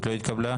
אין לא אושר.